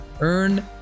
Earn